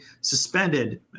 suspended